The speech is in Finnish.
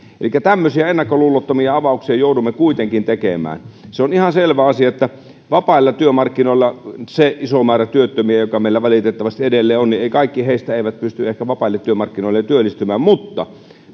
elikkä tämmöisiä ennakkoluulottomia avauksia joudumme kuitenkin tekemään se on ihan selvä asia että vapailla työmarkkinoilla siitä isosta määrästä työttömiä joka meillä valitettavasti edelleen on kaikki eivät ehkä pysty vapaille työmarkkinoille työllistymään mutta